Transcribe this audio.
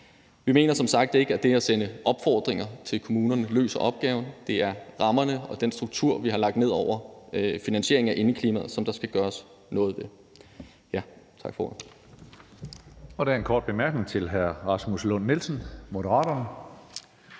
Vi mener som sagt ikke, at det at sende opfordringer til kommunerne løser opgaven. Det er rammerne og den struktur, vi har lagt ned over finansieringen af et bedre indeklima, som der skal gøres noget ved.